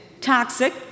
toxic